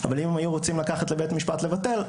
אבל אילו הם היו רוצים לקחת לבית המשפט לבטל,